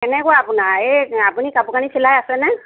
কেনেকুৱা আপোনাৰ এই আপুনি কাপোৰ কানি চিলায় আছে নে